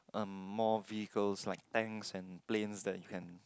um more vehicles like tanks and planes that you can